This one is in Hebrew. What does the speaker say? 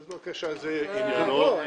אז בבקשה, זה עניינו.